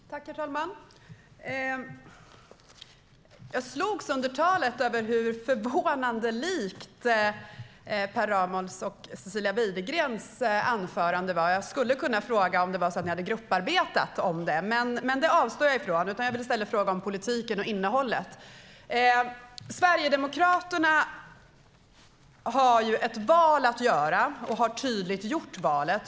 Herr talman! Jag slogs under inlägget av hur förvånande lika varandra Per Ramhorns och Cecilia Widegrens anföranden var. Jag skulle kunna fråga om ni hade grupparbetat om det, men det avstår jag ifrån. Jag vill i stället fråga om politiken och innehållet. Sverigedemokraterna har ett val att göra och har tydligt gjort det valet.